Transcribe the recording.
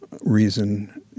reason